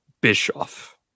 Bischoff